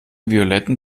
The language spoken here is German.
violetten